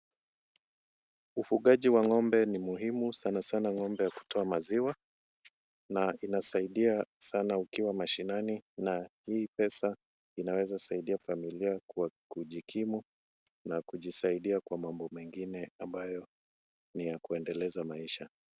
Ufugaji wa ng'ombe ni muhimu sana sana ng'ombe wa kutoa maziwa na inasaidia sana ukiwa mashinani na hii pesa inaweza saidia familia kwa kujikimu na kujisaidia kwa mambo mengine ambayo ni ya kuendeleza maisha.